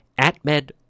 AtMed